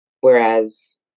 Whereas